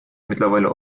mittlerweile